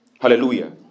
Hallelujah